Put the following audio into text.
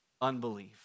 unbelief